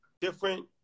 different